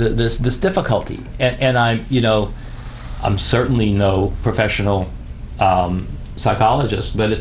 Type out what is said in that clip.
the this this difficulty and i you know i'm certainly no professional psychologist but it